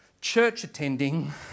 church-attending